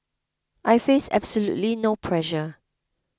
I face absolutely no pressure